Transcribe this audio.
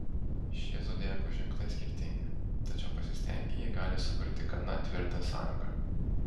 šie zodiako ženklai skirtingi tačiau pasistengę jie gali sukurti gana tvirtą sąjungą